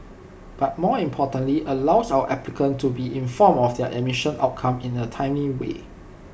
but more importantly allows our applicants to be informed of their admission outcome in A timely way